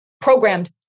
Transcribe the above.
programmed